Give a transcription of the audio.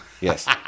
Yes